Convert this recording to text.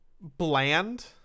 bland